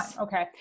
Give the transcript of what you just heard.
Okay